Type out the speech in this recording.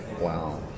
Wow